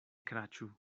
kraĉu